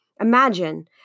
Imagine